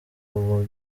ubu